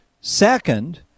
Second